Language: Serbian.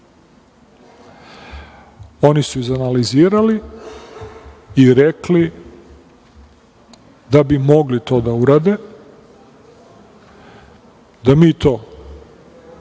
Oni su izanalizirali i rekli da bi mogli to da urade i da to košta,